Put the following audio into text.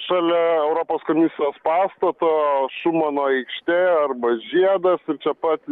šalia europos komisijos pastato šumano aikštė arba žiedas ir čia pat